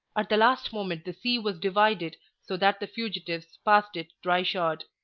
at the last moment the sea was divided, so that the fugitives passed it dry-shod.